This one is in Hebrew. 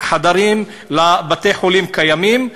או שינויי חדרים לבתי-חולים קיימים,